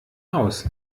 aus